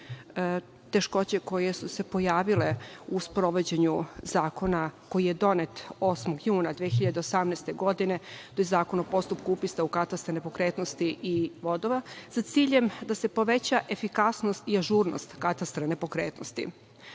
teškoće koje su se pojavile u sprovođenju zakona koji je donet 8. juna 2018. godine. To je Zakon o postupku upisa u katastar nepokretnosti i vodova, sa ciljem da se poveća efikasnost i ažurnost katastra nepokretnosti. Ovaj